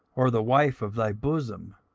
or the wife of thy bosom,